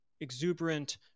exuberant